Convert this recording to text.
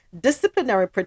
Disciplinary